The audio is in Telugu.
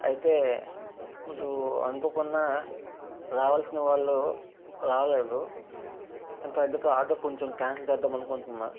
అయితే ఇప్పుడు అనుకోకుండా రావాల్సిన వాళ్ళు రాలేదు ఇంక అందుకే ఆర్డర్ కొంచం కాన్సల్ చేద్దాం అనుకుంటున్నా